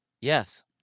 yes